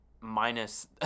minus